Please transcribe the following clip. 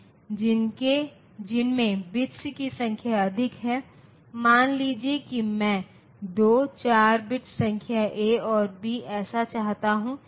तो यह संख्या बन जाती है तो इस बिट को मैं अनदेखा कर सकता हूँ